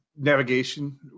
navigation